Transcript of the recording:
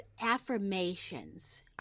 affirmations